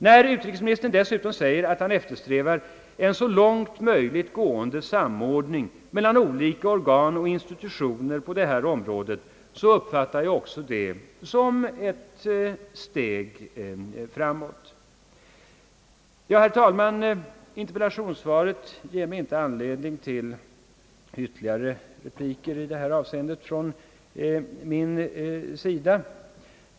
När utrikesministern dessutom säger att han eftersträvar en så långt möjligt gående samordning mellan olika organ och institutioner på detta område, så uppfattar jag också det som ett steg framåt. Interpellationssvaret ger mig, herr talman, inte anledning till ytterligare repliker.